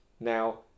Now